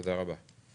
תודה רבה.